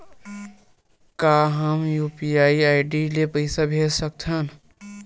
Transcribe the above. का हम UPI ID ले पईसा भेज सकथन?